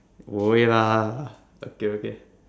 go away lah okay okay